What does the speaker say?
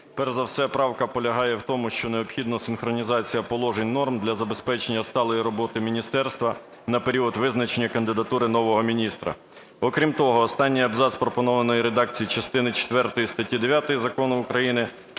Перш за все правка полягає в тому, що необхідна синхронізація положень норм для забезпечення сталої роботи міністерства на період визначення кандидатури нового міністра. Окрім того, останній абзац пропонованої редакції частини четвертої статті 9 Закону України